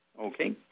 Okay